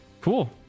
Cool